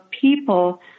people